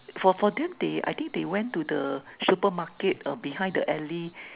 for for them they I think they went to the supermarket err behind the alley